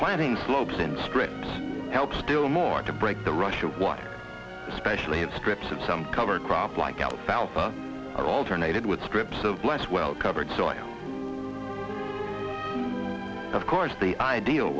planting slopes in strips help still more to break the rush of water especially in strips of some covered crop like alfalfa alternated with strips of less well covered so i of course the ideal